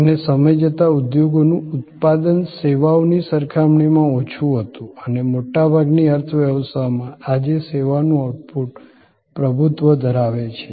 અને સમય જતાં ઉદ્યોગનું ઉત્પાદન સેવાઓની સરખામણીમાં ઓછું હતું અને મોટા ભાગની અર્થવ્યવસ્થાઓમાં આજે સેવાઓનું આઉટપુટ પ્રભુત્વ ધરાવે છે